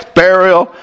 burial